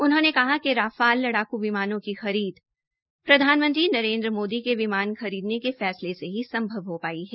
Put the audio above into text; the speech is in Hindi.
उन्होंने कहा कि राफाल लड़ाकू विमानों की खरीद प्रधानमंत्री नरेन्द्र मोदी के विमान खरीदने के फैसले से ही संभव हो पाई है